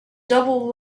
double